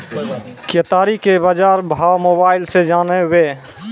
केताड़ी के बाजार भाव मोबाइल से जानवे?